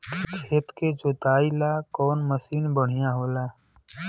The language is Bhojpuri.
खेत के जोतईला कवन मसीन बढ़ियां होला?